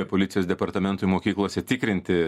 policijos departamentui mokyklose tikrinti